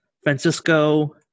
francisco